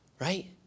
right